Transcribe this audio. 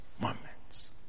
moments